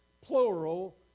plural